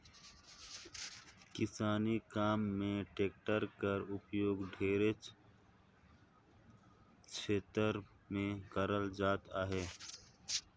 किसानी काम मे टेक्टर कर परियोग ढेरे छेतर मे करल जात अहे